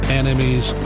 enemies